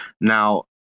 Now